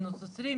מינוס 20,